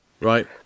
right